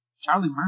Charlie